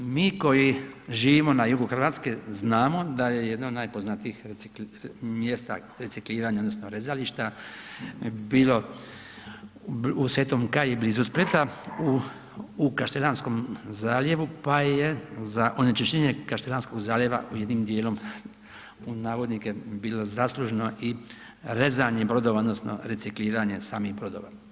Mi koji živimo na jugu Hrvatske znamo da je jedno od najpoznatijih mjesta recikliranja odnosno rezališta bilo u Svetom Kaji blizu Splita u Kaštelanskom zaljevu pa je za onečišćenje Kaštelanskog zaljeva jednim dijelom u navodnike bilo zaslužno i rezanje brodova, odnosno recikliranje samih brodova.